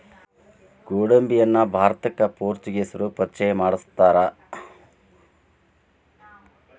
ಗೋಡಂಬಿಯನ್ನಾ ಭಾರತಕ್ಕ ಪೋರ್ಚುಗೇಸರು ಪರಿಚಯ ಮಾಡ್ಸತಾರ